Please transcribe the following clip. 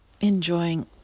enjoying